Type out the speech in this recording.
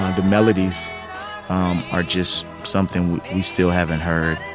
the melodies are just something we still haven't heard,